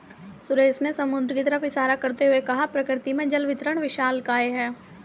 सुरेश ने समुद्र की तरफ इशारा करते हुए कहा प्रकृति में जल वितरण विशालकाय है